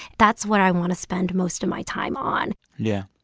that's what i want to spend most of my time on yeah.